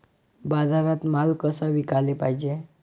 बाजारात माल कसा विकाले पायजे?